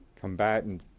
combatant